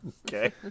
Okay